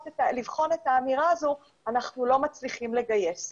את האמירה הזו שאנחנו לא מצליחים לגייס.